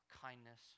kindness